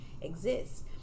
exists